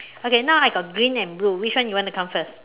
okay now I got green and blue which one you want to count first